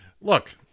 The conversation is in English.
look